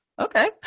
Okay